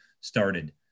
started